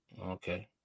Okay